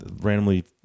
Randomly